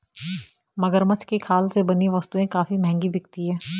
मगरमच्छ की खाल से बनी वस्तुएं काफी महंगी बिकती हैं